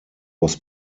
was